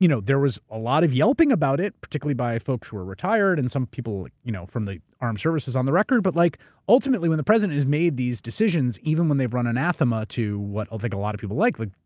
you know there was a lot of yelping about it, particularly by folks who are retired and some people you know from the armed services on the record, but like ultimately when the president has made these decisions, even when they've run anathema to what i think like a lot of people like, like